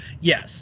Yes